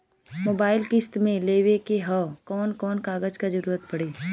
Mobile किस्त मे लेवे के ह कवन कवन कागज क जरुरत पड़ी?